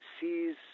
sees